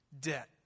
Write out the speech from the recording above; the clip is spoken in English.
debt